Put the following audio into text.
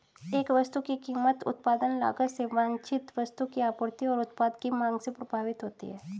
एक वस्तु की कीमत उत्पादन लागत से वांछित वस्तु की आपूर्ति और उत्पाद की मांग से प्रभावित होती है